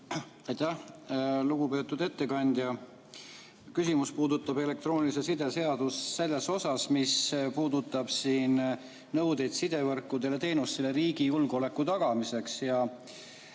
Lugupeetud ettekandja! Küsimus puudutab elektroonilise side seaduse seda osa, mis puudutab nõudeid sidevõrkudele, teenust riigi julgeoleku tagamiseks.